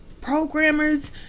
programmers